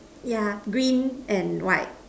yeah green and white